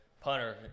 punter